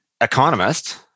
Economist